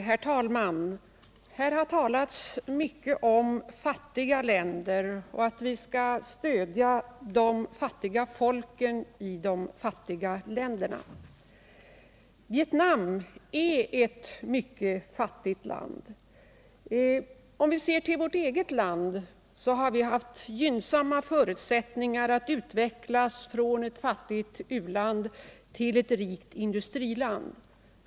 Herr talman! Här har talats mycket om att vi skall stödja de fattiga folken i de fattiga länderna. / Vietnam är ett fattigt land. Vårt eget land har haft gynnsamma förutsättningar att utvecklas från ett fattigt u-land till ett rikt industriland.